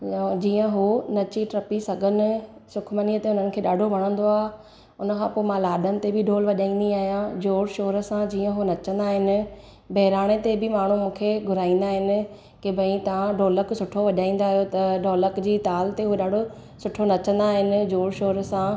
जीअं उहो नची टपी सघनि सुखमनीअ ते हुननि खे ॾाढो वणंदो आहे उनखां पोइ मां लाॾनि ते बि ढोल वॼाईंदी आहियां जोर शोर सां जीअं उहो नचंदा आहिनि बहिराणे ते बि माण्हू मूंखे घुराईंदा आहिनि के भई तव्हां ढोलक सुठो वॼाईंदा आहियो त ढोलक जी ताल ते उहो ॾाढो सुठो नचंदा आहिनि जोर शोर सां